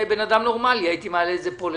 אדם נורמלי, הייתי מעלה את זה פה לדיון.